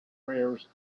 prayers